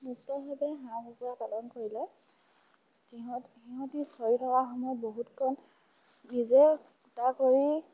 মুক্তভাৱে হাঁহ কুকুৰা পালন কৰিলে সিহঁত সিহঁতি চৰি থকা সময়ত বহুতকণ নিজে ফুটা কৰি